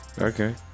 Okay